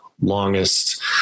longest